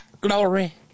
glory